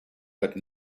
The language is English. but